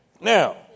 Now